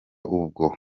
ubwo